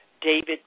David